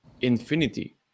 infinity